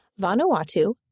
Vanuatu